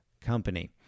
Company